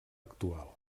actual